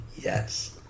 Yes